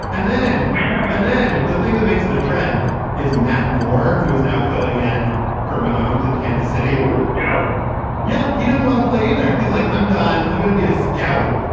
and then and then the thing that makes it a trend is matt moore who is now filling in for more homes in kansas city was a scout yeah. he didn't want to play there. he's like i'm done. i'm going to be a scout.